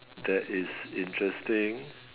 that is interesting